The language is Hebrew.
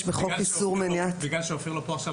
בחוק איסור מניעת --- בגלל שאופיר לא פה עכשיו,